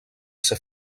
ser